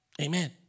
Amen